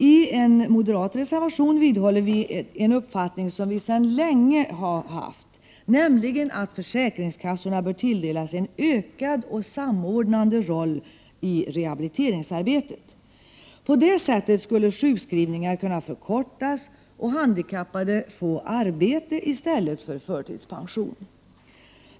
I en moderat reservation vidhåller vi en uppfattning som vi sedan länge har haft, nämligen att försäkringskassorna bör tilldelas en ökad och samordnande roll i rehabiliteringsarbetet. På det sättet skulle sjukskrivningar kunna förkortas och handikappade få arbete i stället för förtidspension.